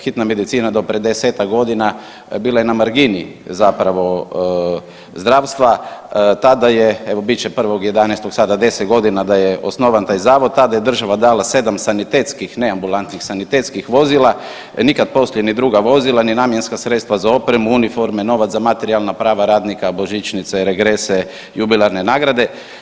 Hitna medicina do pred desetak godina bila je na margini zapravo zdravstva tada je evo bit će 1.11. sada 10 godina da je osnovan taj zavod, tada je država dala sedam sanitetskih, ne ambulantskih, sanitetskih vozila nikad poslije ni druga vozila ni namjenske sredstva za opremu, uniforme, novac za materijalna prava radnika, božićnice, regrese, jubilarne nagrade.